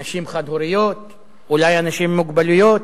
בנשים חד-הוריות ואולי באנשים עם מוגבלויות,